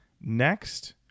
Next